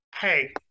Hey